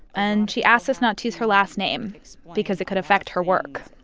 and she asked us not to use her last name because it could affect her work.